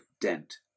dent